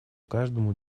каждому